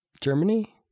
Germany